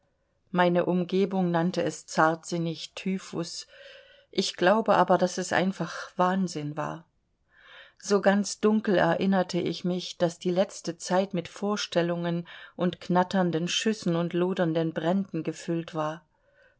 meine umgebung nannte es zartsinnig typhus ich glaube aber daß es einfach wahnsinn war so ganz dunkel erinnerte ich mich daß die letzte zeit mit vorstellungen von knatternden schüssen und lodernden bränden gefüllt war